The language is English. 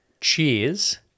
Cheers